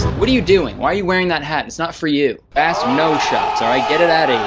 what are you doing? why are you wearing that hat? it's not for you. bass no shops, all right. get it outta here.